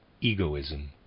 egoism